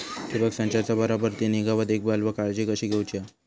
ठिबक संचाचा बराबर ती निगा व देखभाल व काळजी कशी घेऊची हा?